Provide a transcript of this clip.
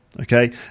okay